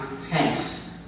tanks